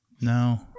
No